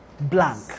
Blank